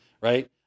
right